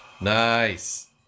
Nice